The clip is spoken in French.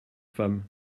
femme